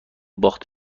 باخت